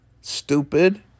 stupid